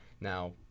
now